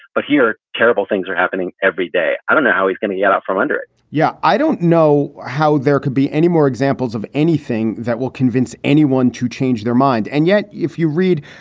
but here, terrible things are happening every day. i don't know how he's going to get out from under it yeah, i don't know how there could be any more examples of anything that will convince anyone to change their mind. and yet, if you read,